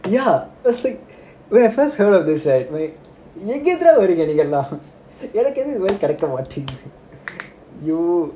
ya it was like when I first heard of this right எங்க இருந்து டா வறீங்க நீங்கல்லாம் எனக்கு எதும் இது மாதிரி கிடைக்க மாட்டேங்குதே:enga irunthu daa varenga neengalam enaku edhum idhu mathiri kidaika matenguthe